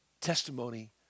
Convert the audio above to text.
testimony